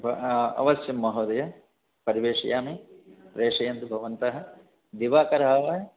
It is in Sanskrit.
अवश्यं महोदय परिवेशयामि प्रेशयन्तु भवन्तः दिवाकरः वा